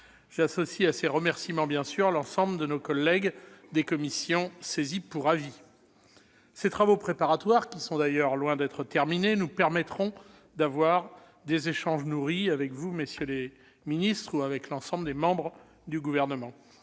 J'associe à ces remerciements, bien sûr, l'ensemble de nos collègues des commissions saisies pour avis. Ces travaux préparatoires, qui sont d'ailleurs loin d'être terminés, nous permettront d'avoir des échanges nourris avec le Gouvernement. Ils témoignent de l'engagement